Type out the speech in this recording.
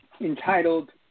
entitled